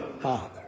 Father